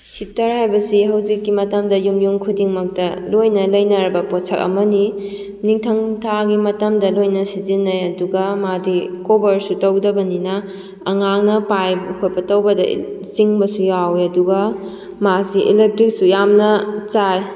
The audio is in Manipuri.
ꯍꯤꯇꯔ ꯍꯥꯏꯕꯁꯤ ꯍꯧꯖꯤꯛꯀꯤ ꯃꯇꯝꯗ ꯌꯨꯝ ꯌꯨꯝ ꯈꯨꯗꯤꯡꯃꯛꯇ ꯂꯣꯏꯅ ꯂꯩꯅꯔꯕ ꯄꯣꯠꯁꯛ ꯑꯃꯅꯤ ꯅꯤꯡꯊꯝ ꯊꯥꯒꯤ ꯃꯇꯝꯗ ꯂꯣꯏꯅ ꯁꯤꯖꯤꯟꯅꯩ ꯑꯗꯨꯒ ꯃꯥꯗꯤ ꯀꯣꯕꯔꯁꯨ ꯇꯧꯗꯕꯅꯤꯅ ꯑꯉꯥꯡꯅ ꯄꯥꯏꯕ ꯈꯣꯠꯄ ꯇꯧꯕꯗ ꯆꯤꯡꯕꯁꯨ ꯌꯥꯎꯏ ꯑꯗꯨꯒ ꯃꯥꯁꯤ ꯏꯂꯦꯛꯇ꯭ꯔꯤꯛꯁꯨ ꯌꯥꯝꯅ ꯆꯥꯏ